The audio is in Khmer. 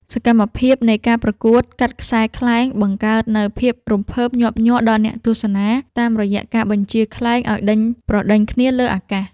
សកម្មភាពនៃការប្រកួត កាត់ខ្សែខ្លែង បង្កើតនូវភាពរំភើបញាប់ញ័រដល់អ្នកទស្សនា តាមរយៈការបញ្ជាខ្លែងឱ្យដេញប្រដេញគ្នាលើអាកាស។